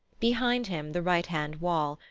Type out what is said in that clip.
behind him the right hand wall,